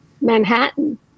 Manhattan